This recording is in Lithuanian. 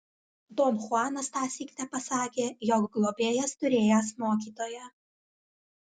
don chuanas tąsyk tepasakė jog globėjas turėjęs mokytoją